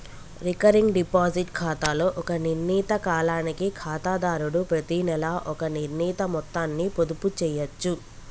recurring deposit ఖాతాలో ఒక నిర్ణీత కాలానికి ఖాతాదారుడు ప్రతినెలా ఒక నిర్ణీత మొత్తాన్ని పొదుపు చేయచ్చు